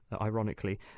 ironically